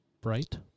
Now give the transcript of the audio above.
Bright